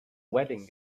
wedding